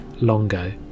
Longo